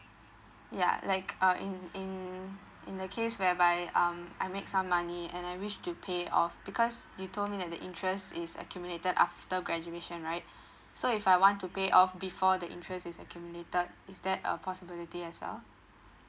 ya like uh in in in the case whereby um I make some money and I wish to pay off because you told me that the interest is accumulated after graduation right so if I want to pay off before the interest is accumulated is that a possibility as well